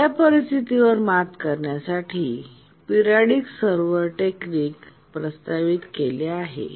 या परिस्थितीवर मात करण्यासाठी पिरियॉडिक सर्वर टेकनिक प्रस्तावित केले आहे